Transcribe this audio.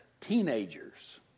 teenagers